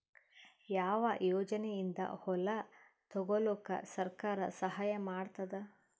ಯಾವ ಯೋಜನೆಯಿಂದ ಹೊಲ ತೊಗೊಲುಕ ಸರ್ಕಾರ ಸಹಾಯ ಮಾಡತಾದ?